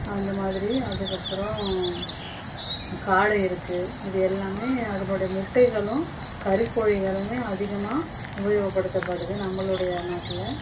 அந்த மாதிரி அதற்கப்பறம் காடை இருக்கு இது எல்லாமே அதனுடைய முட்டைகளும் கறிக்கோழிகளுமே அதிகமாக உபயோகப்படுத்தப்படுது நம்மளுடைய நாட்டில்